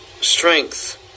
strength